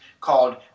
called